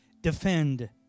defend